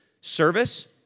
service